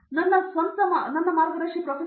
ಆದ್ದರಿಂದ ನನ್ನ ಮಾರ್ಗದರ್ಶಿ ಪ್ರೊಫೆಸರ್